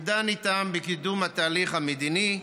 הוא דן איתם בקידום התהליך המדיני,